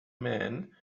man